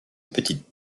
petite